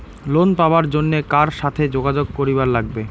Loan পাবার জন্যে কার সাথে যোগাযোগ করিবার লাগবে?